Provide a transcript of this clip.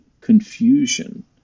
confusion